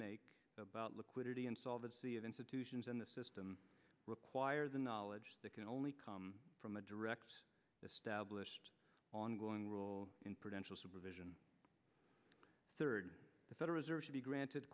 make about liquidity and solvency of institutions in the system require the knowledge that can only come from a direct established ongoing role in prevention supervision third the federal reserve should be granted